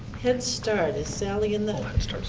head start, is sally in the